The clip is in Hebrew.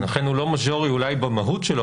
לכן הוא לא מז'ורי אולי במהות שלו,